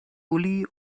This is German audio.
uli